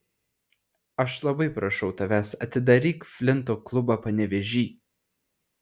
aš labai prašau tavęs atidaryk flinto klubą panevėžy